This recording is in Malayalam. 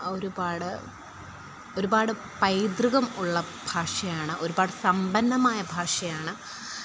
ഒരുപാട് ഒരുപാട് പൈതൃകം ഉള്ള ഭാഷയാണ് ഒരുപാട് സമ്പന്നമായ ഭാഷയാണ്